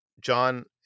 John